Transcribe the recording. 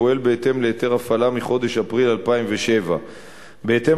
פועל בהתאם להיתר הפעלה מחודש אפריל 2007. בהתאם